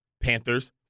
Panthers